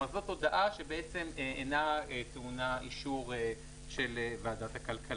כלומר זאת הודעה שבעצם אינה טעונה אישור של ועדת הכלכלה.